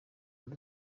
naje